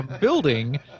building